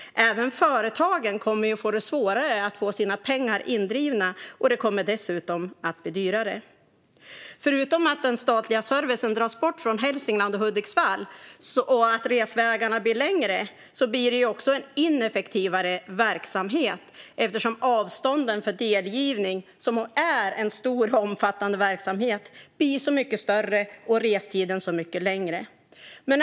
Även företagen kommer att få det svårare att få sina pengar indrivna, och det kommer dessutom att bli dyrare. Förutom att den statliga servicen dras bort från Hälsingland och Hudiksvall och resvägarna blir längre blir det också en ineffektivare verksamhet. Avstånden för delgivning, som är en stor och omfattande verksamhet, blir så mycket större och restiden så mycket längre.